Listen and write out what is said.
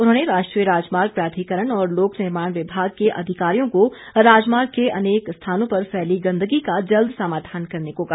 उन्होंने राष्ट्रीय राजमार्ग प्राधिकरण और लोक निर्माण विभाग के अधिकारियों को राजमार्ग के अनेक स्थानों पर फैली गंदगी का जल्द समाधान करने को कहा